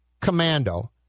commando